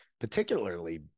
particularly